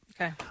Okay